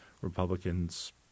Republicans